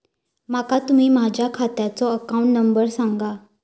माका तुम्ही माझ्या खात्याचो अकाउंट नंबर सांगा?